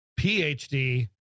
PhD